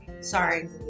Sorry